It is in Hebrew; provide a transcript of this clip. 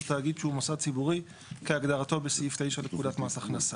תאגיד שהוא מוסד ציבורי כהגדרתו בסעיף (9) לפקודת מס הכנסה.